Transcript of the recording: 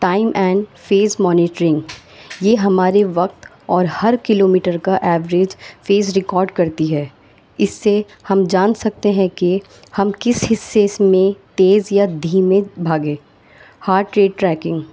time and pace monitoring یہ ہمارے وقت اور ہر کلو میٹر کا ایوریج فیز ریکارڈ کرتی ہے اس سے ہم جان سکتے ہیں کہ ہم کس حصے اس میں تیز یا دھیمے بھاگے ہارٹ ریٹ ٹریکنگ